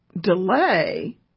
delay